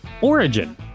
Origin